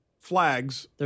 flags